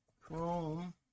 Chrome